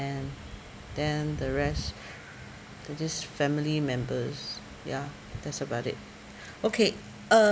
and then the rest to this family members ya that's about it okay